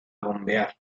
bombear